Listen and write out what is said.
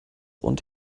und